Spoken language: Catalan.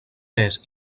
més